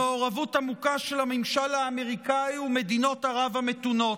במעורבות עמוקה של הממשל האמריקאי ומדינות ערב המתונות.